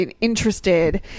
Interested